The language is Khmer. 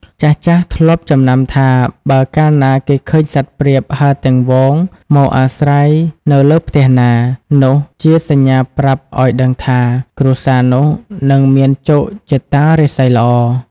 ចាស់ៗ ធ្លាប់ចំណាំថា បើកាលណាគេឃើញសត្វព្រាបហើរទាំងហ្វូងមកអាស្រ័យនៅលើផ្ទះណា នោះជាសញ្ញាប្រាប់ឱ្យដឹងថា គ្រួសារនោះនឹងមានជោគជតារាសីល្អ។